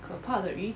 可怕的鱼